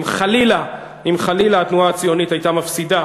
אם חלילה התנועה הציונית הייתה מפסידה